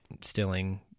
stealing